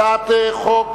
הצעת חוק